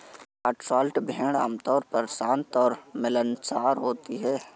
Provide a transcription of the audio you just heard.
Cotswold भेड़ आमतौर पर शांत और मिलनसार होती हैं